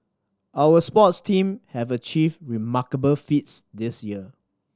our sports team have achieved remarkable feats this year